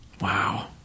Wow